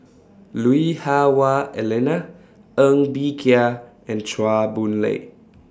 Lui Hah Wah Elena Ng Bee Kia and Chua Boon Lay